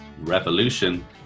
revolution